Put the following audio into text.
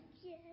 yes